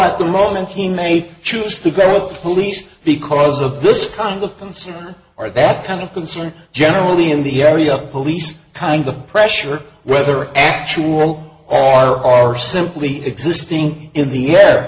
at the moment he made choose to go with police because of this kind of concern or that kind of concern generally in the area of police kind of pressure whether actual or are simply existing in the air